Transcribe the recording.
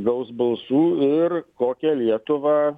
gaus balsų ir kokią lietuvą